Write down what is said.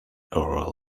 oral